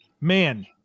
man